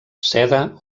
seda